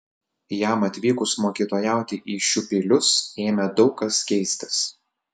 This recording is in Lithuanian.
jam atvykus mokytojauti į šiupylius ėmė daug kas keistis